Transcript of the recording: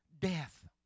death